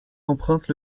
emprunte